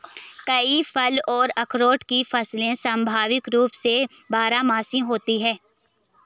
कई फल और अखरोट की फसलें स्वाभाविक रूप से बारहमासी होती हैं